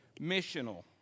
Missional